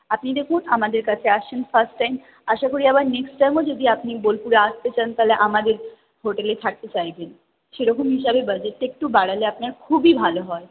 আপনি দেখুন আমাদের কাছে আসছেন ফার্স্ট টাইম আশা করি আবার নেক্সট টাইমও যদি আপনি বোলপুরে আসতে চান তাহলে আমাদের হোটেলে থাকতে চাইবেন সেইরকম হিসাবে বাজেটটা একটু বাড়ালে আপনার খুবই ভালো হয়